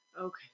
Okay